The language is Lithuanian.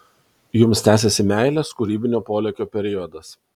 jums tęsiasi meilės kūrybinio polėkio periodas